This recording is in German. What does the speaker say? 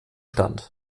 stand